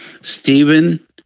Stephen